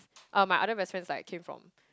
oh my other best friends like came from